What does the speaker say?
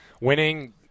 Winning